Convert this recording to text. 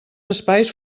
espais